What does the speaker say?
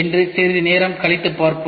என்று சிறிது நேரம் கழித்து பார்ப்போம்